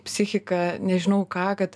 psichiką nežinau ką kad